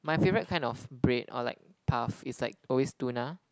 my favorite kind of bread or like puff is like always tuna